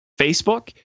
Facebook